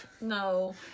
No